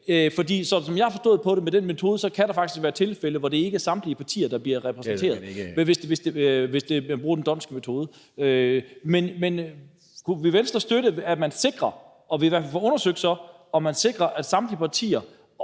forstået det i forhold til den metode, kan der faktisk være tilfælde, hvor det ikke er samtlige partier, der bliver repræsenteret, hvis man bruger d'Hondts metode. Men kunne Venstre støtte, at vi så i hvert fald får undersøgt, om man sikrer, at det er samtlige partier,